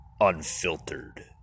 Unfiltered